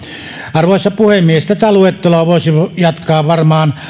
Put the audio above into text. arvoisa puhemies tätä luetteloa voisi jatkaa varmaan